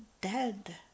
dead